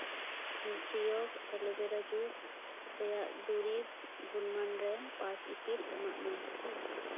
ᱱᱤᱭᱩᱴᱨᱤᱭᱳᱜᱽ ᱮᱞᱳᱵᱮᱨᱟ ᱡᱩᱥ ᱨᱮᱭᱟᱜ ᱫᱩᱨᱤᱵᱽ ᱜᱩᱱᱢᱟᱱ ᱨᱮ ᱯᱟᱸᱪ ᱤᱯᱤᱞ ᱮᱢᱟᱜ ᱢᱮ